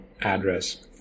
address